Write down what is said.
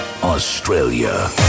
Australia